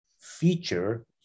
feature